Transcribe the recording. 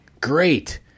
Great